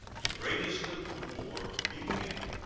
the greatest of the war, began,